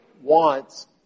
wants